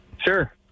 Sure